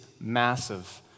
massive